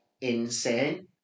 insane